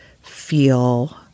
feel